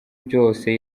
byose